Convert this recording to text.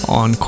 on